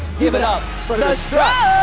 give it up for the struts!